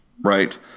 Right